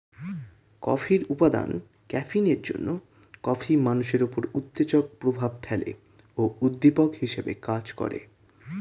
কফির উপাদান ক্যাফিনের জন্যে কফি মানুষের উপর উত্তেজক প্রভাব ফেলে ও উদ্দীপক হিসেবে কাজ করে